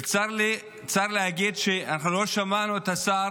וצר לי, צר לי להגיד שלא שמענו את השר,